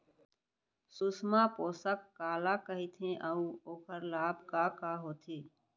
सुषमा पोसक काला कइथे अऊ ओखर लाभ का का होथे?